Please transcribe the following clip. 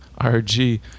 RG